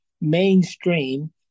mainstream